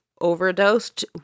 overdosed